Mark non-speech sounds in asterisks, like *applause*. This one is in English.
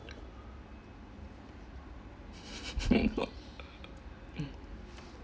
*laughs*